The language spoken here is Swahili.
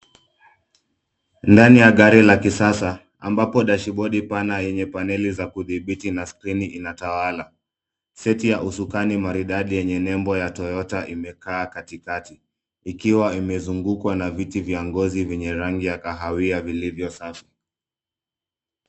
Ndani ya gari la kisasa, ambapo dashibodi pana yenye paneli za kudhibiti na skrini inatawala. Seti ya usukani maridadi yenye nembo ya toyota imekaa katikati, ikiwa imezungukwa na viti vya ngozi vyenye rangi ya kahawia vilivyo safi.